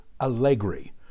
Allegri